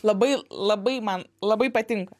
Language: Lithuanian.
labai labai man labai patinka